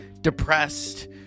depressed